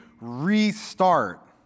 restart